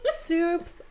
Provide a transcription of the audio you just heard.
Soup's